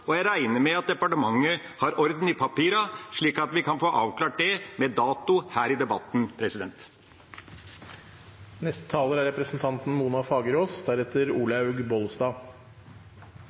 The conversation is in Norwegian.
og jeg regner med at departementet har orden i papirene, slik at vi kan få avklart det med dato her i debatten.